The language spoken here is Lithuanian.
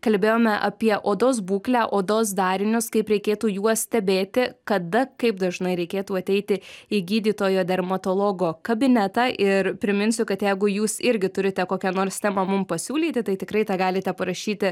kalbėjome apie odos būklę odos darinius kaip reikėtų juos stebėti kada kaip dažnai reikėtų ateiti į gydytojo dermatologo kabinetą ir priminsiu kad jeigu jūs irgi turite kokią nors temą mums pasiūlyti tai tikrai tą galite parašyti